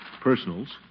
Personals